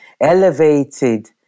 elevated